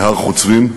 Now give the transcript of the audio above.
מהר-חוצבים.